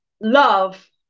love